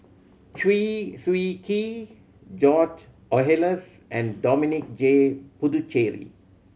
Chew Swee Kee George Oehlers and Dominic J Puthucheary